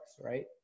right